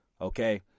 Okay